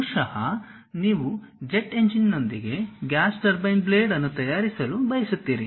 ಬಹುಶಃ ನೀವು ಜೆಟ್ ಎಂಜಿನ್ನೊಂದಿಗೆ ಗ್ಯಾಸ್ ಟರ್ಬೈನ್ ಬ್ಲೇಡ್ ಅನ್ನು ತಯಾರಿಸಲು ಬಯಸುತ್ತೀರಿ